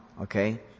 Okay